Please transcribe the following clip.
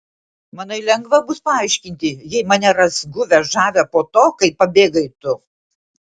manai lengva bus paaiškinti jei mane ras guvią žavią po to kai pabėgai tu